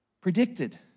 predicted